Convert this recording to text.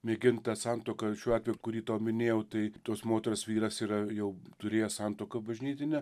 mėginti tą santuoką šiuo atveju kurį tau minėjau tai tos moters vyras yra jau turėjęs santuoką bažnytiną